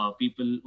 people